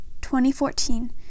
2014